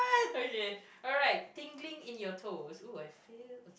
okay alright tingling in your toes oh I feel